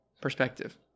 perspective